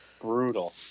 brutal